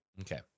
Okay